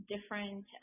different